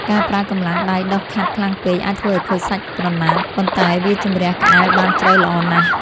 ការប្រើកម្លាំងដៃដុសខាត់ខ្លាំងពេកអាចធ្វើឱ្យខូចសាច់ក្រណាត់ប៉ុន្តែវាជម្រះក្អែលបានជ្រៅល្អណាស់។